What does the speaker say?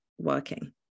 working